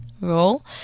role